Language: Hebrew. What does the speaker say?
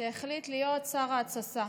שהחליט להיות שר ההתססה,